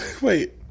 wait